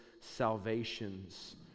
salvations